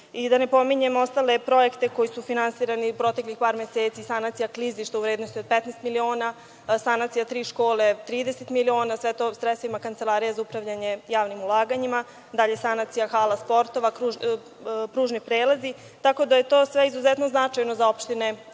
Da ne pominjem ostale projekte koji su finansirani u proteklih par meseci, sanacija klizišta u vrednosti od 15 miliona, sanacija tri škole 30 miliona, a sve to sredstvima Kancelarije za upravljanje javnim ulaganjima, dalje sanacija hala sportova, pružni prelazi, tako da je to sve izuzetno značajno za opštine,